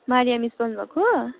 Maria miss बोल्नुभएको